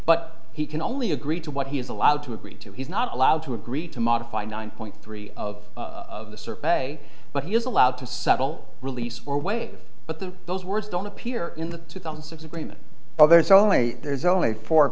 but he can only agree to what he is allowed to agree to he's not allowed to agree to modify nine point three of of the survey but he is allowed to settle release or waive but the those words don't appear in the one six agreement but there's only there's only four